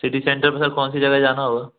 city centre में sir कौन सी जगह जाना होगा